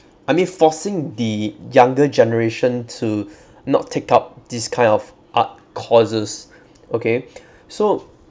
I mean forcing the younger generation to not take up this kind of art courses okay so